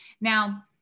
Now